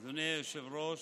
היושב-ראש,